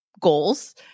goals